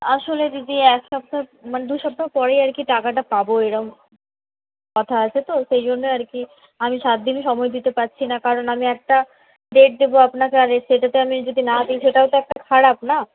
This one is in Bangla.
আসলে দিদি এক সপ্তাহ মানে দু সপ্তাহ পরেই আর কি টাকাটা পাবো এরকম কথা আছে তো সেই জন্যেই আর কি আমি সাত দিন সময় দিতে পারছি না কারণ আমি একটা ডেট দেব আপনাকে আর সেটাতে আমি যদি না দি সেটাও তো একটা খারাপ না